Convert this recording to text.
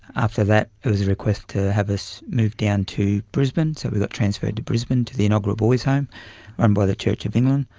after that it was requested to have us moved down to brisbane, so we got transferred to brisbane, to the enoggera boys home run by the church of england.